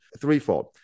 threefold